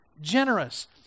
generous